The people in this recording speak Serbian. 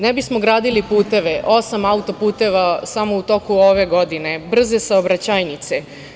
Ne bismo gradili puteve, osam autoputeva samo u toku ove godine, brze saobraćajnice.